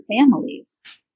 families